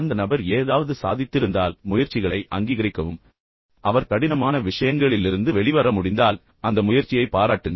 அந்த நபர் ஏதாவது சாதித்திருந்தால் முயற்சிகளை அங்கீகரிக்கவும் அந்த நபரைப் பாராட்டவும் மற்றும் அந்த நபர் சில கடினமான விஷயங்களிலிருந்து வெளியே வர முடிந்தாலும் அந்த முயற்சியை நீங்கள் பாராட்டுங்கள்